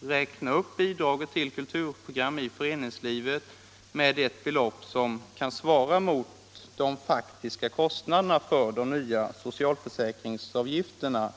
vi nu krävt att bidraget till kulturprogram i föreningslivet skall räknas upp med ett belopp som svarar mot de faktiska kostnaderna för de nya socialförsäkringsavgifterna.